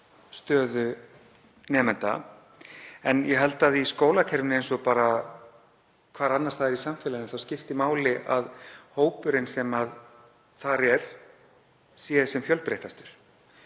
stöðu nemenda. En ég held að í skólakerfinu, eins og annars staðar í samfélaginu, skipti máli að hópurinn sem þar er sé sem fjölbreyttastur.